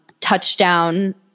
touchdown